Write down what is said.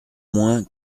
moins